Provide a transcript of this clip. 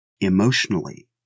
emotionally